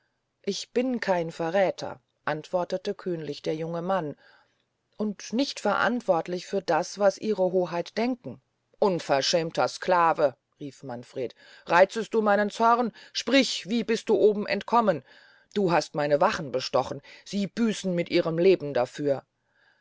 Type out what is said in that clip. ich bin kein verräther antwortete kühnlich der junge mann und nicht verantwortlich für das was ihre hoheit denken unverschämter sclave rief manfred reizest du meinen zorn sprich wie bist du oben entkommen du hast deine wache bestochen sie büßt mit ihrem leben dafür